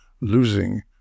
losing